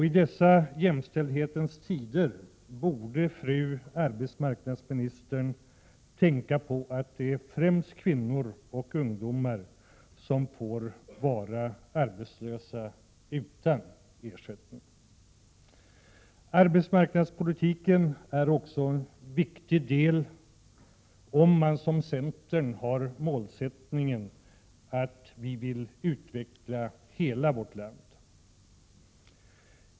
I dessa jämlikhetens tider borde fru arbetsmarknadsministern tänka på att det är främst kvinnor och ungdomar som får vara arbetslösa utan ersättning. Arbetsmarknadspolitiken är också en viktig del, om man som centern har målsättningen att utveckla hela landet.